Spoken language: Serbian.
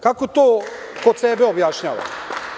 Kako to kod sebe objašnjavate?